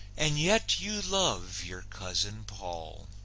and yet you love your cousin paull.